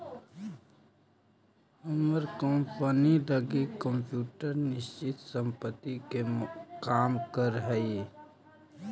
हमर कंपनी लगी कंप्यूटर निश्चित संपत्ति के काम करऽ हइ